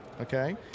okay